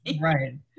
right